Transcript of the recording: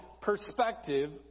perspective